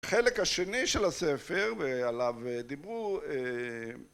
חלק השני של הספר ועליו דיברו